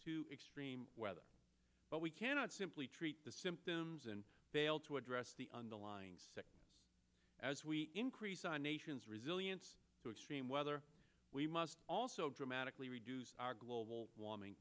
to extreme weather but we cannot simply treat the symptoms and fail to address the underlying set as we increase our nation's resilience to extreme weather we must also dramatically reduce our global warming